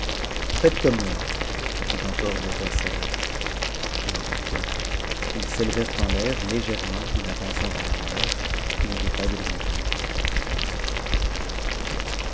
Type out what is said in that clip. doigt comme moi lui dit encore le roi sateh et en même temps ils s'etcvrent en l'air légèrement en avançant vers la mer qui n'était pas éloignée où ils se